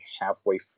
halfway